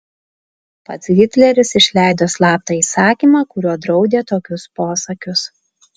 pats hitleris išleido slaptą įsakymą kuriuo draudė tokius posakius